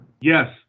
Yes